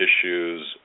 issues